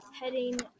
heading